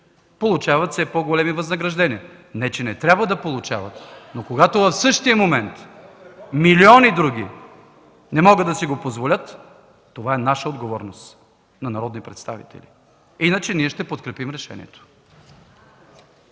получават все по-големи възнаграждения (не че не трябва да получават), но когато в същия момент милиони други не могат да си го позволят – това е наша отговорност, на народни представители. Иначе ние ще подкрепим решението.